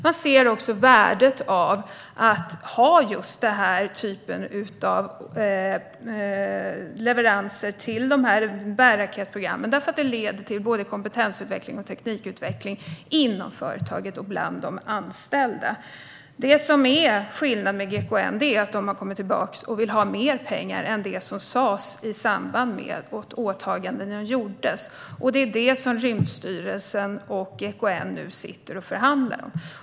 Man ser också värdet av att ha denna typ av leveranser till bärraketsprogrammen - leveranserna leder till kompetensutveckling och teknikutveckling inom företaget och bland de anställda. Skillnaden vad gäller GKN är att de har kommit tillbaka och vill ha mer pengar än vad som sas i samband med att åtagandena gjordes. Det är detta som Rymdstyrelsen och GKN nu sitter och förhandlar om.